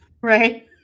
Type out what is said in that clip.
right